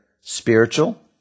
spiritual